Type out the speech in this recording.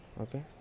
okay